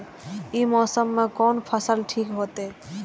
ई मौसम में कोन फसल ठीक होते?